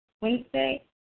Wednesday